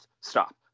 Stop